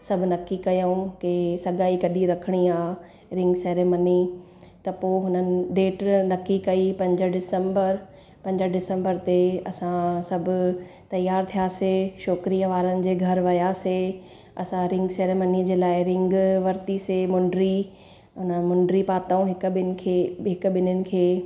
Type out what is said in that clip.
सभु नकी कयूं की सगाई कॾहिं रखणी आहे रिंग सैरिमनी त पोइ हुननि डेटर नकी कई पंज डिसंबर पंज डिसंबर ते असां सभु तयारु थियासीं छोकिरी वारनि जे घरु वियासीं असां रिंग सैरिमनी जे लाइ रिंग वरितीसीं मुंडी हुन मुंडी पातऊं हिक ॿिनि खे हिक ॿिन्हिनि खे